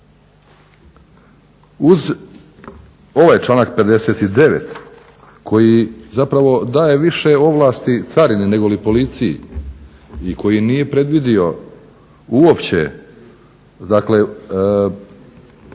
Uz ovaj članak 59. koji zapravo daje više ovlasti carini negoli policiji i koji nije predvidio uopće, dakle